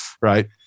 right